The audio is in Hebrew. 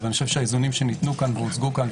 ואני חושב שהאיזונים שניתנו כאן והוצגו כאן,